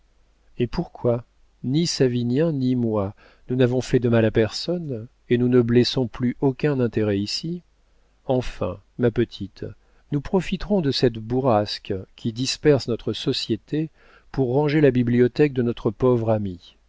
et pourquoi ni savinien ni moi nous n'avons fait de mal à personne et nous ne blessons plus aucun intérêt ici enfin ma petite nous profiterons de cette bourrasque qui disperse notre société pour ranger la bibliothèque de notre pauvre ami